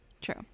True